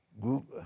group